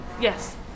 Yes